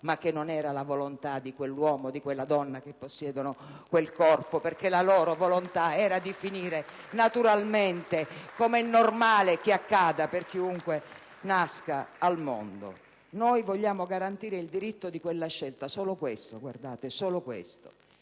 ma che non era la volontà di quell'uomo e di quella donna che possiedono quel corpo, perché la loro volontà era di finire naturalmente, come è normale che accada per chiunque nasca al mondo? *(Applausi dal Gruppo PD)*. Noi vogliamo garantire il diritto di quella scelta, solo questo. Ho ascoltato